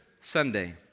Sunday